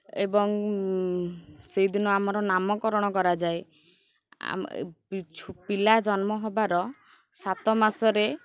ଏବଂ ସେହି ଦିନ ଆମର ନାମକରଣ କରାଯାଏ ପିଲା ଜନ୍ମ ହେବାର ସାତ ମାସରେ